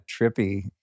trippy